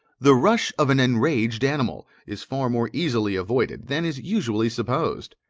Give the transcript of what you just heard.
the rush of an enraged animal is far more easily avoided than is usually supposed.